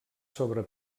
sobre